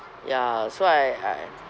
ya so I I